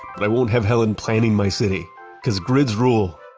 but i won't have helen planning my city because grids rule